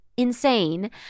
Insane